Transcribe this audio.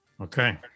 Okay